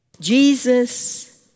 Jesus